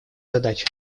задачи